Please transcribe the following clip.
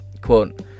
Quote